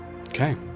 okay